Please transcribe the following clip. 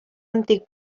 antic